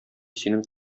синең